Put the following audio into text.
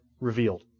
revealed